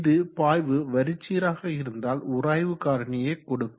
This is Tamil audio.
இது பாய்வு வரிச்சீராக இருந்தால் உராய்வு காரணியை கொடுக்கும்